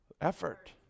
effort